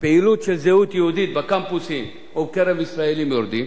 פעילות של זהות יהודית בקמפוסים או בקרב ישראלים יורדים,